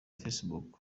facebook